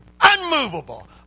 unmovable